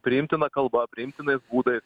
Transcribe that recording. priimtina kalba priimtinais būdais